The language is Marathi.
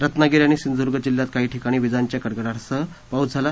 रत्नागिरी आणि सिंधुर्द्ग जिल्ह्यात काही ठिकाणी विजांच्या कडकडाटासह पाऊस पडला